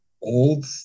old